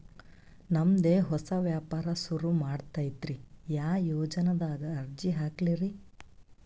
ನಮ್ ದೆ ಹೊಸಾ ವ್ಯಾಪಾರ ಸುರು ಮಾಡದೈತ್ರಿ, ಯಾ ಯೊಜನಾದಾಗ ಅರ್ಜಿ ಹಾಕ್ಲಿ ರಿ?